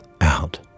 out